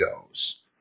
goes